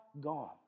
gone